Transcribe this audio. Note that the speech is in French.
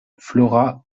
flora